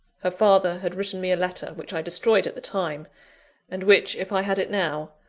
her father had written me a letter, which i destroyed at the time and which, if i had it now,